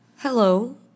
Hello